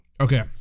Okay